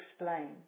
explain